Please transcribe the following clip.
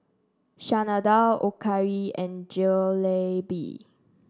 Chana Dal Okayu and Jalebi